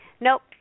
nope